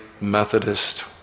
Methodist